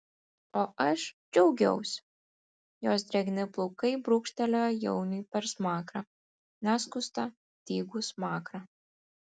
o aš džiaugiausi jos drėgni plaukai brūkštelėjo jauniui per smakrą neskustą dygų smakrą